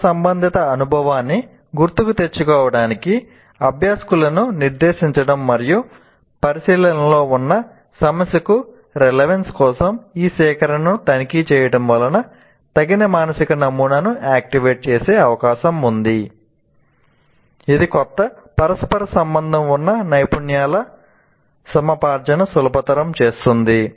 గత సంబంధిత అనుభవాన్ని గుర్తుకు తెచ్చుకోవటానికి అభ్యాసకులను నిర్దేశించడం మరియు పరిశీలనలో ఉన్న సమస్యకు రెలెవెన్స్ కోసం ఈ సేకరణను తనిఖీ చేయడం వలన తగిన మానసిక నమూనాను యాక్టివేట్ చేసే అవకాశం ఉంది ఇది కొత్త పరస్పర సంబంధం ఉన్న నైపుణ్యాల సముపార్జనను సులభతరం చేస్తుంది